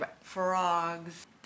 frogs